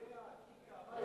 "איקאה"?